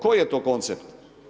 Koji je to koncept?